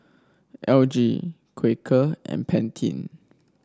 L G Quaker and Pantene